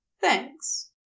thanks